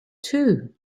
too